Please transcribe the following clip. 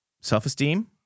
Self-esteem